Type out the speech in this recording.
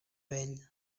vell